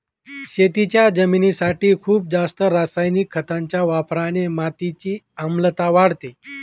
शेतीच्या जमिनीसाठी खूप जास्त रासायनिक खतांच्या वापराने मातीची आम्लता वाढते